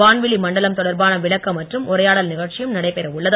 வான்வெளி மண்டலம் தொடர்பான விளக்க மற்றும் உரையாடல் நிகழ்ச்சியும் நடைபெற உள்ளது